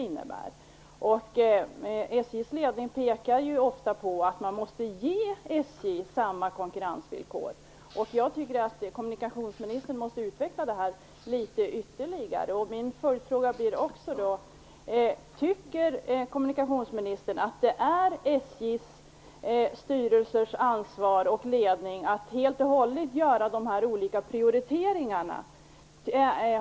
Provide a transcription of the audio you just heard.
SJ:s ledning pekar ju ofta på att man måste ge SJ samma konkurrensvillkor. Jag tycker att kommunikationsministern måste utveckla detta litet ytterligare. Min följdfråga blir: Tycker kommunikationsministern att det är SJ:s styrelses och lednings ansvar att helt och hållet göra olika prioriteringar?